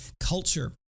culture